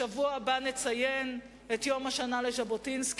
בשבוע הבא נציין את יום השנה לז'בוטינסקי,